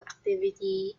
activity